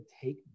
take